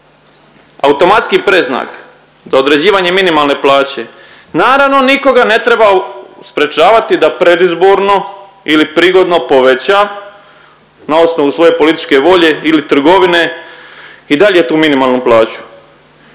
automatski predznak za određivanje minimalne plaće, naravno nikoga ne treba sprječavati da predizborno ili prigodno poveća na osnovu svoje političke volje ili trgovine i dalje tu minimalnu plaću.